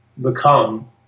become